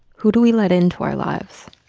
who do we let into our lives?